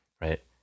right